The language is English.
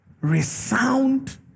resound